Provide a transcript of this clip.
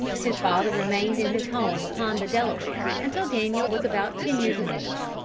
his father remained in his home upon the delaware until daniel was about ten years of age.